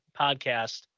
podcast